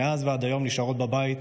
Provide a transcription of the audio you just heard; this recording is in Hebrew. נשארות בבית,